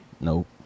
Nope